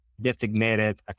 designated